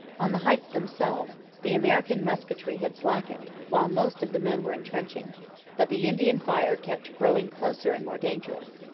on the heights themselves the american musketry had slackened while most of the men were entrenching but the indian fire kept growing closer and more dangerous.